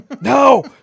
No